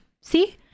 See